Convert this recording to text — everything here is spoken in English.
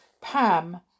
Pam